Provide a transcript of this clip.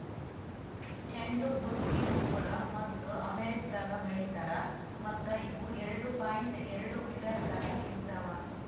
ಚಂಡು ಬುತ್ತಿ ಹೂಗೊಳ್ ಮೊದ್ಲು ಅಮೆರಿಕದಾಗ್ ಬೆಳಿತಾರ್ ಮತ್ತ ಇವು ಎರಡು ಪಾಯಿಂಟ್ ಎರಡು ಮೀಟರದಾಗ್ ಇರ್ತಾವ್